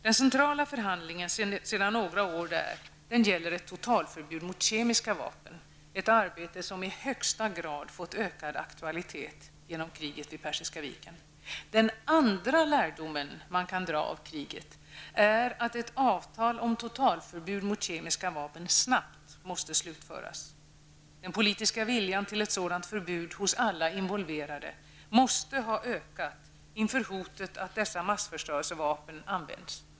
Den centrala förhandlingen där sedan några år tillbaka gäller ett totalförbud mot kemiska vapen, ett arbete som i högsta grad fått ökad auktalitet till följd av kriget vid Persiska viken. Den andra lärdom som man kan dra av kriget är att ett avtal om totalförbud mot kemiska vapen snabbt måste slutföras. Den politiska viljan till ett sådant förbud hos alla involverade måste ju ha ökat inför hotet att dessa massförstörelsevapen används.